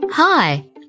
Hi